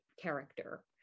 character